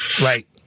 right